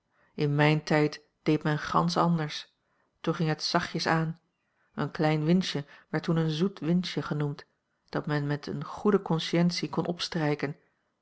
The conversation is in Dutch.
in mijn tijd deed men gansch anders toen ging het zachtjes aan een klein winstje werd toen een zoet winstje genoemd dat men met eene goede consciëntie kon opstrijken